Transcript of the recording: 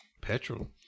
petrol